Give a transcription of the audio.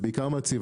זה בעיקר מעציב.